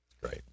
Great